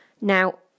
Now